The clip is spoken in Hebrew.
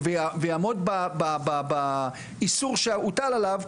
ויעמוד באיסור שהוטל עליו,